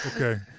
Okay